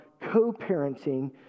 co-parenting